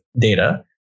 data